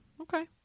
Okay